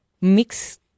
mix